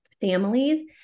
families